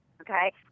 Okay